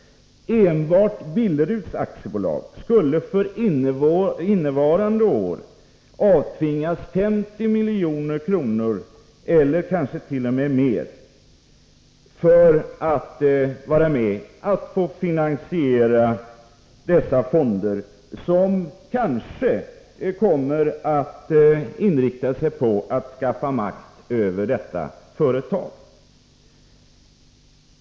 Enbart Billeruds AB skulle för innevarande år avtvingas 50 milj.kr. eller kanske drygt detta belopp för att få vara med och finansiera dessa fonder, som kanske kommer att inrikta sig på att skaffa makten över detta företag.